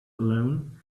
alone